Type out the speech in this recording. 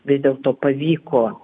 vis dėlto pavyko